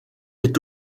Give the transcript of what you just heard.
est